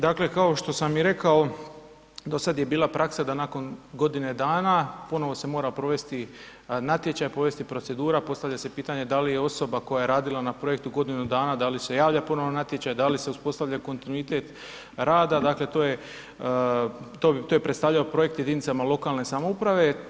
Dakle kao što sam i rekao do sada je bila praksa da nakon godine dana ponovo se mora provesti natječaj, povesti procedura, postavlja se pitanje da li je osoba koja je radila na projektu godinu dana da li se javlja ponovno na natječaj, da li se uspostavlja kontinuitet rada, to je predstavljao projekt jedinicama lokalne samouprave.